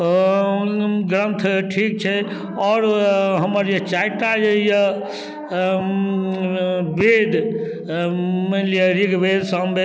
आओर गुड़ अदरकके जे छनका बना लेलहुँ तऽ कनी शरीरमे स्वर्थ मिल जाइ छै तऽ ओतेक उपाय हदो घड़ी हमसब करै लए तैयार भए जाइ छियै